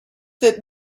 that